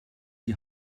die